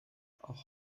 auch